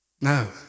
No